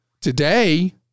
Today